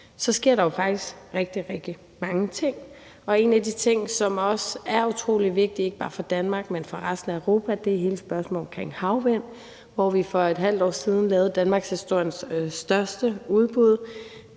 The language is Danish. så sker der faktisk rigtig, rigtig mange ting, og en af de ting, som også er utrolig vigtige, ikke bare for Danmark, men for resten af Europa, er hele spørgsmålet om havvind, hvor vi for et halvt år siden lavede danmarkshistoriens største udbud.